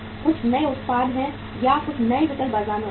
कुछ नए उत्पाद हैं या कुछ नए विकल्प बाजार में उपलब्ध हैं